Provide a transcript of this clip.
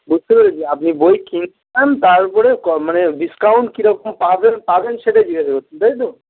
বুঝতে পেরেছি আপনি বই কিনতে চান তারপরে কম মানে ডিসকাউন্ট কিরকম পাবেন পাবেন সেইটা জিজ্ঞাসা করছেন তাই তো